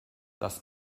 das